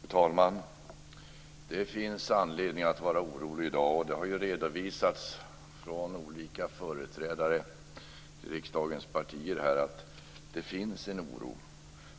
Fru talman! Det finns anledning att vara orolig i dag. Det har redovisats från olika företrädare för riksdagens partier att det finns en oro